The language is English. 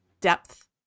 depth